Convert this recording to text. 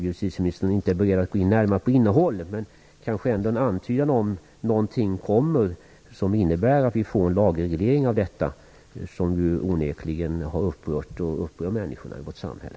Justitieministern är inte beredd att närmare gå in på innehållet, men hon kan kanske ändå ge en antydan om det kommer någonting som innebär att det blir en lagreglering av detta, som onekligen har upprört och upprör människorna i vårt samhälle.